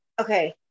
okay